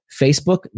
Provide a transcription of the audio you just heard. Facebook